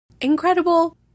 Incredible